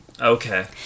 Okay